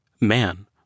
Man